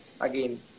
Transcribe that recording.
again